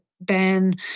ban